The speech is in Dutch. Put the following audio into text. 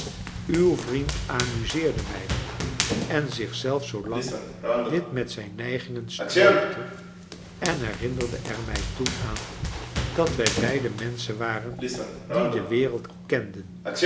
uw vriend amuseerde mij en zich zelf zoplang dit met zijn neigingen strookte en herinnerde er mij toen aan dat wij beiden menschen waren die de wereld kenden